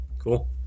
Cool